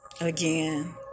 Again